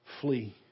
Flee